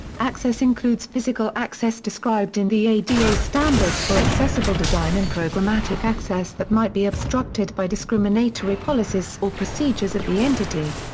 access includes physical access described in the ada standards for accessible design and programmatic access that might be obstructed by discriminatory policies or procedures of the entity.